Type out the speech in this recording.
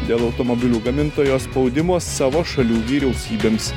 dėl automobilių gamintojo spaudimo savo šalių vyriausybėms